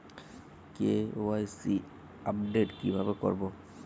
KYC update কিভাবে করবো?